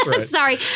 Sorry